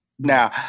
Now